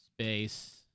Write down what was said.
space